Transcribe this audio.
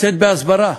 לצאת בהסברה.